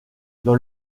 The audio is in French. dans